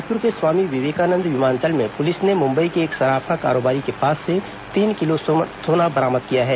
यप्र के स्वामी विवेकानंद विमानतल में पुलिस ने मुंबई के एक सराफा कारोबारी के पास से तीन किलो सोना बरामद किया है